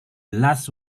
last